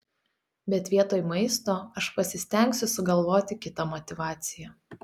bet vietoj maisto aš pasistengsiu sugalvoti kitą motyvaciją